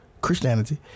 Christianity